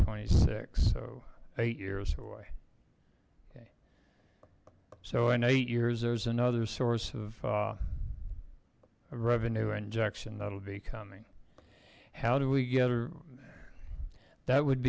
twenty six so eight years so in eight years there's another source of revenue injection that'll be coming how do we get a that would